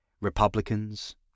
Republicans